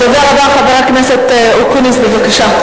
הדובר הבא, חבר הכנסת אקוניס, בבקשה.